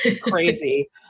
crazy